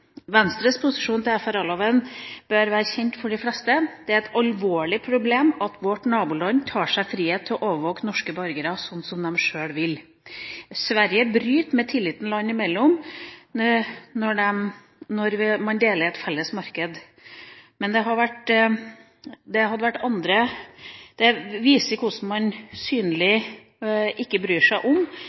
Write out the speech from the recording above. Venstres posisjon til FRA-loven bør være kjent for de fleste. Det er et alvorlig problem at vårt naboland tar seg den frihet å overvåke norske borgere som de sjøl vil. Sverige bryter med tilliten land imellom når man deler et felles marked. Det